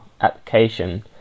application